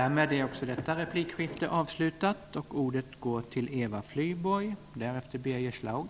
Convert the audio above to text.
Repliken gällde Jeppe Johnsson. Det går icke att replikera på ett replikskifte som är avslutat.